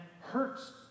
hurts